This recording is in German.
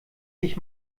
dich